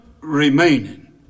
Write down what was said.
remaining